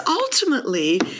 ultimately